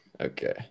Okay